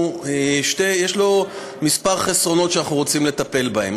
יש לו כמה חסרונות שאנחנו רוצים לטפל בהם,